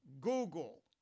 Google